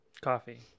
Coffee